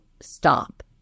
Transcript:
stop